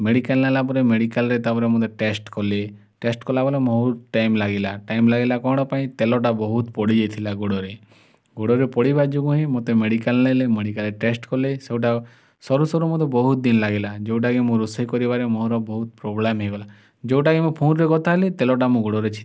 medical ନେଲା ପରେ ମେଡ଼ିକାଲ୍ରେ ତା'ପରେ ମୋତେ ଟେଷ୍ଟ୍ କଲି ଟେଷ୍ଟ୍ କଲା ବଲେ ମହୁତ ଟାଇମ୍ ଲାଗିଲା ଟାଇମ୍ ଲାଗିଲା କ'ଣ ପାଇଁ ତେଲଟା ବହୁତ୍ ପଡ଼ି ଯାଇଥିଲା ଗୋଡ଼ରେ ଗୋଡ଼ରେ ପଡ଼ିବା ଯୋଗୁଁ ହିଁ ମୋତେ ମେଡ଼ିକାଲ୍ ନେଲେ ମେଡ଼ିକାଲ୍ରେ ଟେଷ୍ଟ୍ କଲେ ସବୁଟାକ ସରୁ ସରୁ ମୋତେ ବହୁତ ଦିନ ଲାଗିଲା ଯେଉଁଟା କି ମୁଁ ରୋଷେଇ କରିବାରେ ମୋର ବହୁତ ପ୍ରୋବ୍ଲେମ୍ ହେଇଗଲା ଯେଉଁଟାକି ମୁଁ ଫୋନ୍ରେ କଥା ହେଲି ତେଲଟା ମୋ ଗୋଡ଼ରେ ଛି